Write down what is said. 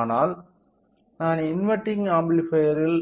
ஆனால் நான் இன்வெர்டிங் ஆம்ப்ளிஃபையர்ல்